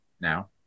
now